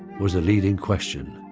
was the leading question.